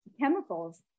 chemicals